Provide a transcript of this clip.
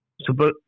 super